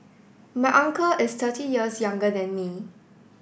my uncle is thirty years younger than me